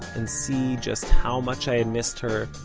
and see just how much i and missed her,